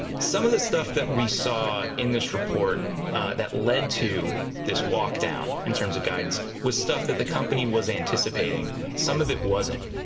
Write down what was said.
some of the stuff that we saw in this report that led to this walk-down in terms of guidance was stuff that the company was anticipating. some of it wasn't.